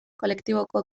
kolektiboko